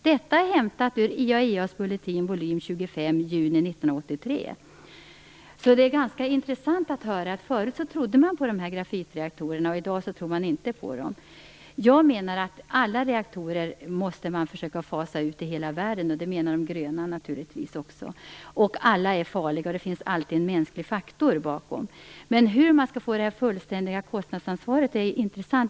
Det är ganska intressant att höra att man förut trodde på grafitreaktorerna, och att man i dag inte tror på dem. Jag menar att man måste försöka fasa ut alla reaktorer i hela världen. Det är naturligtvis också de grönas åsikt. Alla reaktorer är farliga, och det finns alltid en mänsklig faktor bakom. Frågan om hur man skall få det fullständiga kostnadsansvaret är intressant.